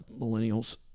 millennials